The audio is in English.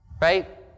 right